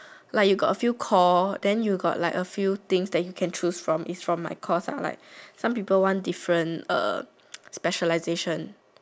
like you got a few core then you got like a few things that you can choose from is from my course ah like some people want different uh specialization